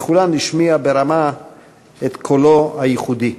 ובכולן השמיע ברמה את קולו הייחודי.